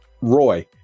Roy